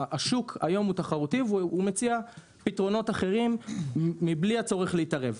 השוק היום הוא תחרותי והוא מציע פתרונות אחרים מבלי הצורך להתערב.